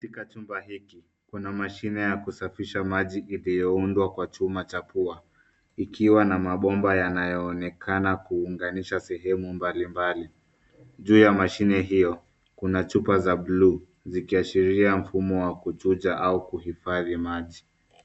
Katika chumba hiki kuna mashine ya kusafisha maji iliyoundwa kwa chuma cha pua, ikiwa na mabomba yanayoonekana kuunganisha sehemu mbalimbali. Juu ya mshine hiyo kuna chupa za blue zikiashiria mfumo wa kuchuja au kuhifadhi maji.